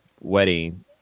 wedding